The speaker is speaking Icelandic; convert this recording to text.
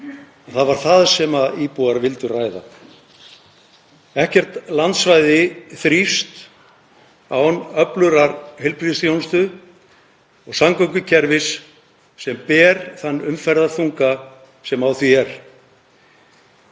það var það sem íbúar vildu ræða. Ekkert landsvæði þrífst án öflugrar heilbrigðisþjónustu og samgöngukerfis sem ber þann umferðarþunga sem á því er.